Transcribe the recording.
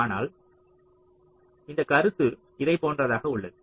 ஆனால் அந்தக் கருத்து இதை போன்றதாக உள்ளது